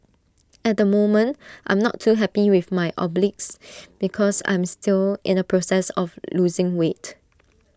at the moment I'm not too happy with my obliques because I'm still in the process of losing weight